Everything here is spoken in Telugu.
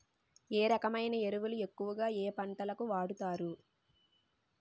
ఏ రకమైన ఎరువులు ఎక్కువుగా ఏ పంటలకు వాడతారు?